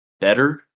better